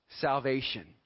salvation